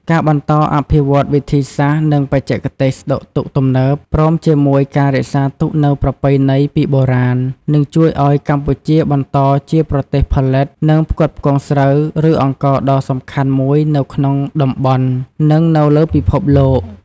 ការបន្តអភិវឌ្ឍវិធីសាស្ត្រ និងបច្ចេកទេសស្តុកទុកទំនើប ព្រមជាមួយការរក្សាទុកនូវប្រពៃណីពីបុរាណ នឹងជួយឲ្យកម្ពុជាបន្តជាប្រទេសផលិត និងផ្គត់ផ្គង់ស្រូវ ឬអង្ករដ៏សំខាន់មួយនៅក្នុងតំបន់ និងនៅលើពិភពលោក។